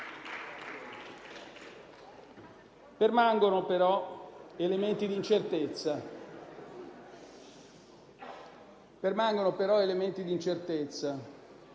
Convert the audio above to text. Permangono però elementi di incertezza,